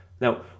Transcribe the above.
Now